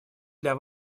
для